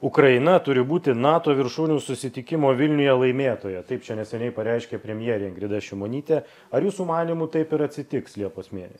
ukraina turi būti nato viršūnių susitikimo vilniuje laimėtoja taip čia neseniai pareiškė premjerė ingrida šimonytė ar jūsų manymu taip ir atsitiks liepos mėnesį